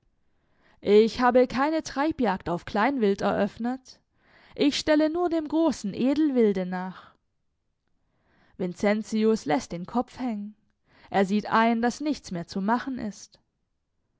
ich habe keine treibjagd auf kleinwild eröffnet ich stelle nur dem großen edelwilde nach vincentius läßt den kopf hängen er sieht ein daß nichts mehr zu machen ist